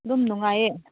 ꯑꯗꯨꯝ ꯅꯨꯡꯉꯥꯏꯌꯦ